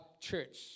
church